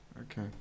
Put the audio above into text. Okay